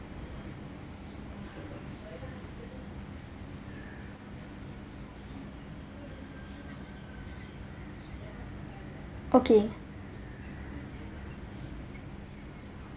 okay